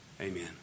Amen